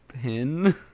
pin